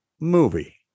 movie